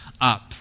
up